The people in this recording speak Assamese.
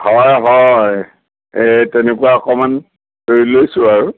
হয় হয় এই তেনেকুৱা অকণমান লৈ লৈছোঁ আৰু